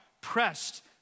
pressed